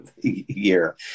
year